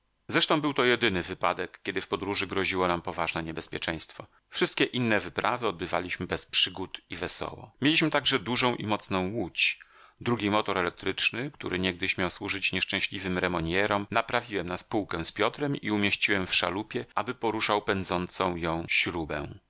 zresztą był to jedyny wypadek kiedy w podróży groziło nam poważne niebezpieczeństwo wszystkie inne wyprawy odbywaliśmy bez przygód i wesoło mieliśmy także dużą i mocną łódź drugi motor elektryczny który niegdyś miał służyć nieszczęśliwym remognerom naprawiłem na spółkę z piotrem i umieściłem w szalupie aby poruszał pędzącą ją śrubę